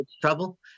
trouble